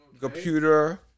Computer